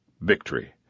Victory